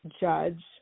judge